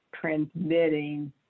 transmitting